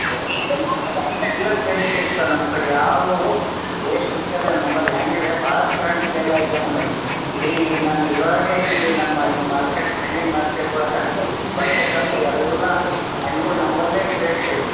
ಇಲ್ಲ ಫ್ರೆಶ್ ಇರ್ತಾವೆ ನಮ್ಮ ಕಡೆ ಯಾವುವು ವೇಸ್ಟ್ ಇಕ್ಕಲ್ಲ ನಂಬಲ್ಲಿ ಹ್ಯಾಗಿದೆ ಭಾಳಸ್ಟು ಹಣ್ಣು ಸೇಲ್ ಆಯ್ತವೆ ನಮ್ಮಲ್ಲಿ ಇಡೀ ನಮ್ಮ ಇದರೊಳಗೆ ಇಲ್ಲಿ ನಮ್ಮ ಈ ಮಾರ್ಕೆಟ್ ಹಣ್ಣಿನ ಮಾರ್ಕೆಟ್ ಒಳಗೆ ಬರತಕ್ಕಂಥ ಎಲ್ಲ ಹಣ್ಗಳು ನಮ್ಮಲ್ಲೆ ಫ್ರೆಶ್